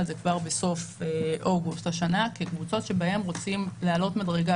על כך כבר בסוף אוגוסט השנה כקבוצות בהן רוצים לעלות מדרגה,